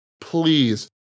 Please